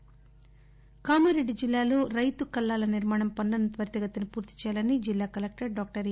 కామారెడ్డి కామారెడ్డి జిల్లాలో రైతు కల్లాల నిర్మాణం పనులను త్వరిత గతిన పూర్తి చేయాలని జిల్లా కలెక్షర్ డాక్టర్ ఎ